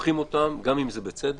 לוקחים אותם, גם אם זה בצדק,